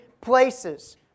places